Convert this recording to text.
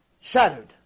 shattered